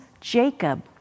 Jacob